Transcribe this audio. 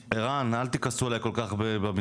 ערן, אל תכעסו עליי כל כך במשרד.